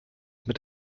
mit